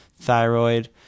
thyroid